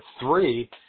three